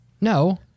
No